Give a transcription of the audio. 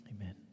Amen